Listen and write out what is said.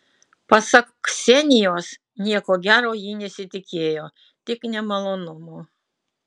pasak ksenijos nieko gero ji nesitikėjo tik nemalonumų